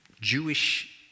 Jewish